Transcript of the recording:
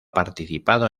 participado